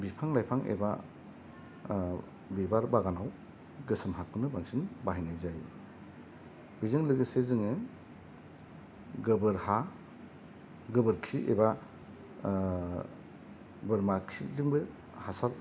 बिफां लाइफां एबा बिबार बागानाव गोसोम हाखौनो बांसिन बाहायनाय जायो बेजों लोगोसे जोङो गोबोर हा गोबोरखि एबा बोरमा खिजोंबो हासार